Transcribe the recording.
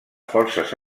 forces